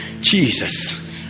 Jesus